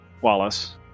Wallace